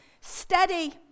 steady